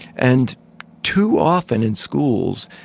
and too often in schools,